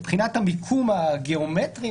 מבחינת המיקום הגיאומטרי,